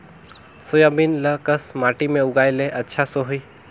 Soybean ल कस माटी मे लगाय ले अच्छा सोही?